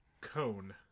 cone